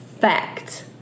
fact